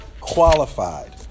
qualified